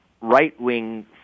right-wing